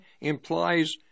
implies